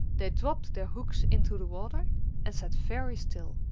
they dropped their hooks into the water and sat very still,